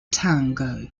tango